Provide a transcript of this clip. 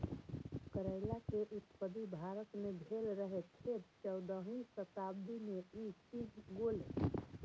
करैला के उत्पत्ति भारत मे भेल रहै, फेर चौदहवीं शताब्दी मे ई चीन गेलै